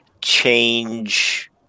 Change